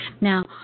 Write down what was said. Now